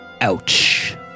Ouch